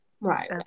Right